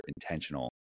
intentional